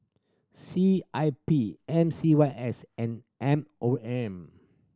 C I P M C Y S and M O M